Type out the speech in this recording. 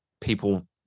people